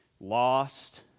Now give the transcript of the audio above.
lost